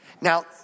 Now